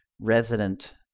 resident